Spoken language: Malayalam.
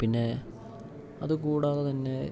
പിന്നെ അത് കൂടാതെ തന്നെ